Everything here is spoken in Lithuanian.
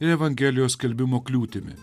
evangelijos skelbimo kliūtimi